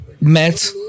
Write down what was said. met